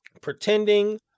Pretending